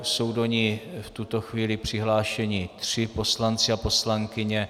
Jsou do ní v tuto chvíli přihlášeni tři poslanci a poslankyně.